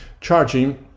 charging